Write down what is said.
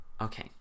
Okay